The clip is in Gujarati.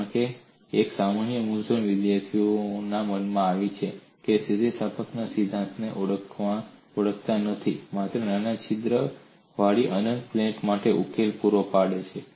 કારણ કે એક સામાન્ય મૂંઝવણ વિદ્યાર્થીઓમાં મને આવી છે તેઓ સ્થિતિસ્થાપકતાના સિદ્ધાંતને ઓળખતા નથી માત્ર નાના છિદ્રવાળી અનંત પ્લેટ માટે ઉકેલ પૂરો પાડે છે